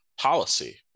policy